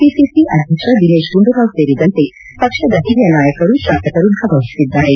PCC ಅಧ್ಯಕ್ಷ ದಿನೇಶ್ ಗುಂಡೂರಾವ್ ಸೇರಿದಂತೆ ಪಕ್ಷದ ಹಿರಿಯ ನಾಯಕರು ತಾಸಕರು ಭಾಗವಹಿಸಿದ್ದಾರೆ